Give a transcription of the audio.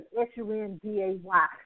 S-U-N-D-A-Y